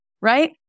right